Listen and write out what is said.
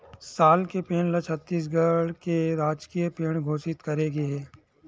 साल के पेड़ ल छत्तीसगढ़ के राजकीय पेड़ घोसित करे गे हे